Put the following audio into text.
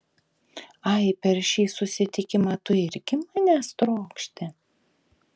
ai per šį susitikimą tu irgi manęs trokšti